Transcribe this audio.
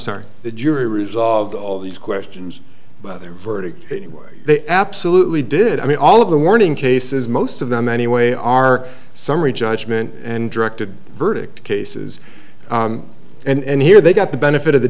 sorry the jury resolved all these questions but their verdict they absolutely did i mean all of the warning cases most of them anyway are summary judgment and directed verdict cases and here they got the benefit of the